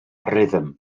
rhythm